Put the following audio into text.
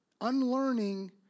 unlearning